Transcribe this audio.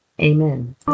amen